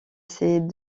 ces